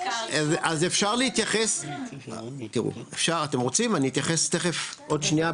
אתם רוצים אני אתייחס תיכף עוד שנייה